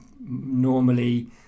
normally